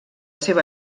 seva